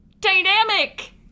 dynamic